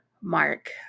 mark